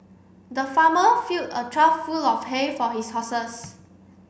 the farmer filled a trough full of hay for his horses